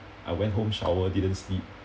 I went home shower didn't sleep